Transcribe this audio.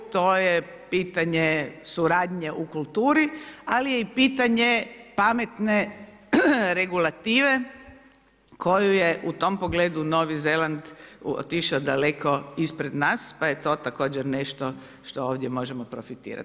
To je pitanje suradnje u kulturi, ali je i pitanje pametne regulative, koju je u tom pogledu Novi Zeland otišao daleko ispred nas, pa je to također nešto što ovdje možemo profitirati.